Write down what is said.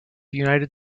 united